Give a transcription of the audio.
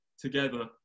together